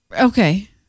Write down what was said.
Okay